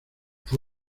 fue